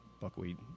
buckwheat